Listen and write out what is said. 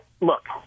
Look